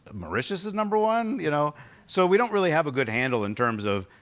ah mauritius is number one? you know so we don't really have a good handle in terms of,